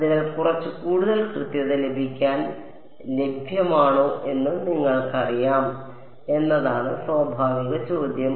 അതിനാൽ കുറച്ച് കൂടുതൽ കൃത്യത ലഭിക്കാൻ ലഭ്യമാണോ എന്ന് നിങ്ങൾക്കറിയാം എന്നതാണ് സ്വാഭാവിക ചോദ്യം